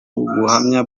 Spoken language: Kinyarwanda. n’ubuhamya